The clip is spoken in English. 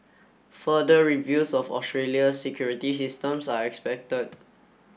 further reviews of Australia's security systems are expected